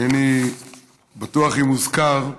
אינני בטוח אם הוזכר,